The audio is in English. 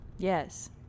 yes